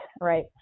right